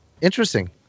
Interesting